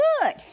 good